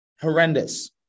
Horrendous